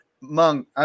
Mung